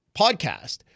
podcast